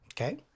Okay